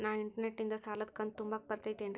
ನಾ ಇಂಟರ್ನೆಟ್ ನಿಂದ ಸಾಲದ ಕಂತು ತುಂಬಾಕ್ ಬರತೈತೇನ್ರೇ?